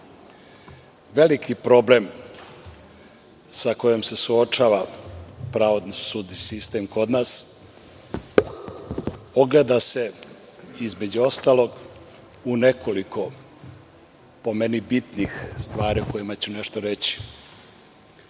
problem sa kojim se suočava pravosudni sistem kod nas ogleda, između ostalog, u nekoliko po meni bitnih stvari o kojima ću nešto reći.